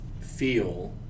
feel